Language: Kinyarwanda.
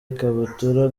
ikabutura